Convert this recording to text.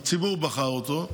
הציבור בחר אותו,